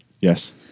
Yes